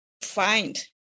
find